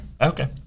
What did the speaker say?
Okay